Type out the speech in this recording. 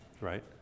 right